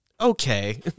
Okay